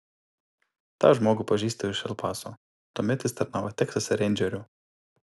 tą žmogų pažįstu iš el paso tuomet jis tarnavo teksase reindžeriu